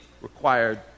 required